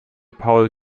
paul